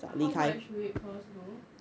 how much would it cost though